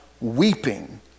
weeping